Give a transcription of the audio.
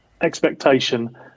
expectation